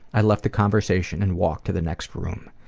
i left the conversation and walked to the next room.